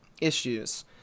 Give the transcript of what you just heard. issues